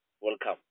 welcome